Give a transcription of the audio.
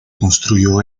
construyó